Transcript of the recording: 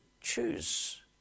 choose